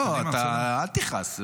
לא, אל תכעס.